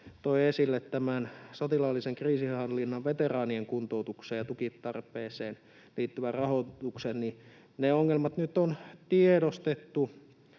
toi esille, sotilaallisen kriisinhallinnan veteraanien kuntoutukseen ja tukitarpeeseen liittyvä rahoitus. Ne ongelmat on nyt tiedostettu,